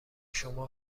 شما